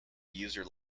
user